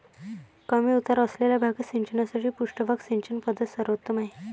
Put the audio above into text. कमी उतार असलेल्या भागात सिंचनासाठी पृष्ठभाग सिंचन पद्धत सर्वोत्तम आहे